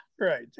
Right